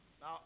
Now